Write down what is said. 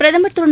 பிரதமர் திரு